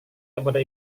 kepada